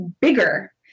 bigger